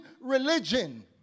religion